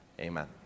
Amen